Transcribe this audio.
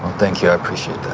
thank you, i appreciate